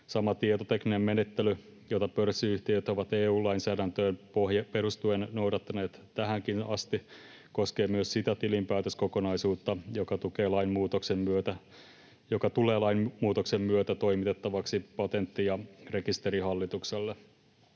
Sama tietotekninen menettely, jota pörssiyhtiöt ovat EU-lainsäädäntöön perustuen noudattaneet tähänkin asti, koskee myös sitä tilinpäätöskokonaisuutta, joka tulee lainmuutoksen myötä toimitettavaksi Patentti- ja rekisterihallitukselle.